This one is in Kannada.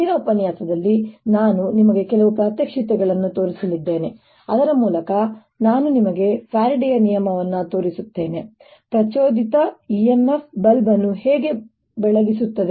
ಇಂದಿನ ಉಪನ್ಯಾಸದಲ್ಲಿ ನಾನು ನಿಮಗೆ ಕೆಲವು ಪ್ರಾತ್ಯಕ್ಷಿಕೆಗಳನ್ನು ತೋರಿಸಲಿದ್ದೇನೆ ಅದರ ಮೂಲಕ ನಾನು ನಿಮಗೆ ಫ್ಯಾರಡೆಯ ನಿಯಮವನ್ನು ತೋರಿಸುತ್ತೇನೆ ಪ್ರಚೋದಿತ EMF ಬಲ್ಬ್ ಅನ್ನು ಹೇಗೆ ಬೆಳಗಿಸುತ್ತದೆ